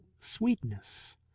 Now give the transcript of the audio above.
sweetness